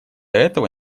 этого